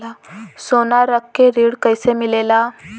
सोना रख के ऋण कैसे मिलेला?